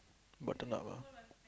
button up ah